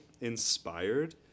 inspired